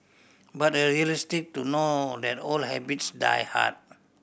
but are realistic to know that old habits die hard